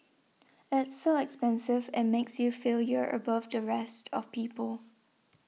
it's so expensive it makes you feel you're above the rest of people